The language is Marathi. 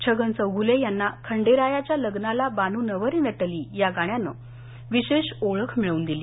छगन चौघुले यांना खंडेरायाच्या लग्नाला बानू नवरी नटली या गाण्यानं विशेष ओळख मिळवून दिली